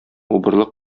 убырлы